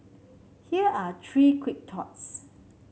here are three quick thoughts